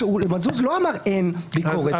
מזוז לא אמר שאין ביקורת,